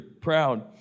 proud